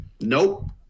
nope